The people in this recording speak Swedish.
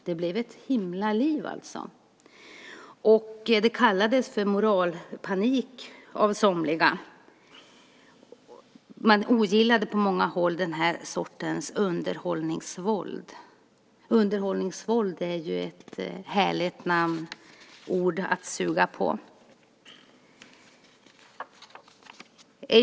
Det blev ett himla liv. Det kallades för moralpanik av somliga. Man ogillade den här sortens underhållningsvåld på många håll. Underhållningsvåld är ju ett härligt ord att suga på.